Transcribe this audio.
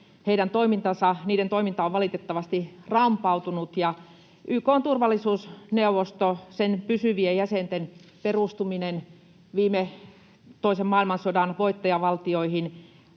niiden toiminta on valitettavasti rampautunut, ja YK:n turvallisuusneuvoston pysyvien jäsenten perustuminen toisen maailmansodan voittajavaltioihin